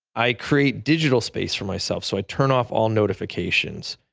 i create digital space for myself, so i turn off all notifications.